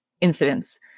incidents